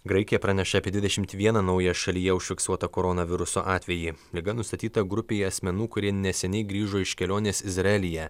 graikija pranešė apie dvidešimt vieną naują šalyje užfiksuotą koronaviruso atvejį liga nustatyta grupei asmenų kurie neseniai grįžo iš kelionės izraelyje